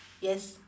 yes